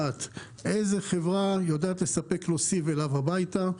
איזו חברה יודעת לספק לו סיב אליו הביתה,